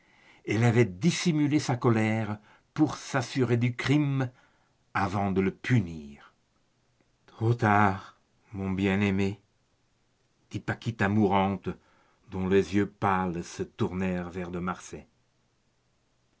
elle avait dissimulé sa colère pour s'assurer du crime avant de le punir trop tard mon bien-aimé dit paquita mourante dont les yeux pâles se tournèrent vers de